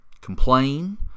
complain